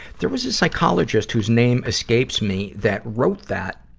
there was a psychologist whose name escapes me that wrote that,